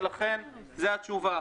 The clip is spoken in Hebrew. ולכן זו התשובה.